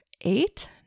eight